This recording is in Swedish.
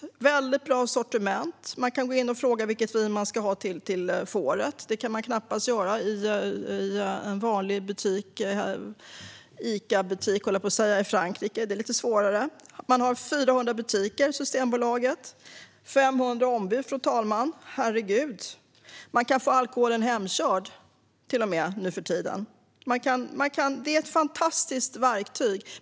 De har ett väldigt bra sortiment. Man kan gå in och fråga vilket vin man ska ha till fåret; det kan man knappast göra i en vanlig matbutik i Frankrike. Det är lite svårare. Systembolaget har 400 butiker och 500 ombud - herregud! Man kan till och med få hemleverans av alkoholen nu för tiden. Det är ett fantastiskt verktyg.